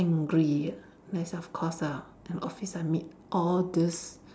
angry ah then I say of course ah in office I meet all these